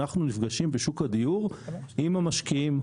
נפגשים בשוק הדיור עם המשקיעים.